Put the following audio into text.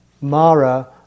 Mara